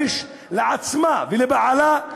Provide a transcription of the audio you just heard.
לעצמה ולבעליה ליהרג.